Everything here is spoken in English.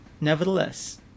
Nevertheless